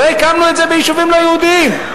לא הקמנו את זה ביישובים לא-יהודיים?